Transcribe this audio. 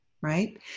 right